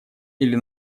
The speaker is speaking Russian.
или